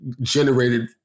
generated